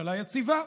ממשלה יציבה,